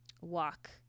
walk